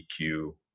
EQ